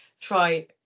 try